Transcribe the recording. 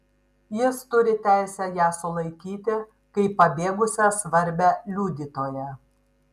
jis turi teisę ją sulaikyti kaip pabėgusią svarbią liudytoją